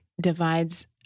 divides